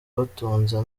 batunze